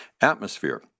atmosphere